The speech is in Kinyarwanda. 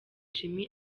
jimmy